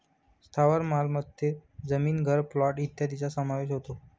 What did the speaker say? स्थावर मालमत्तेत जमीन, घर, प्लॉट इत्यादींचा समावेश होतो